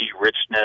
richness